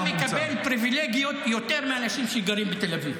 ולכן אתה מקבל פריבילגיות יותר מאנשים שגרים בתל אביב.